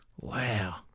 Wow